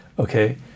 Okay